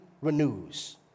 renews